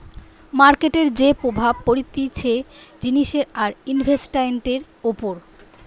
মার্কেটের যে প্রভাব পড়তিছে জিনিসের আর ইনভেস্টান্টের উপর